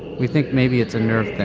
we think maybe it's a nerve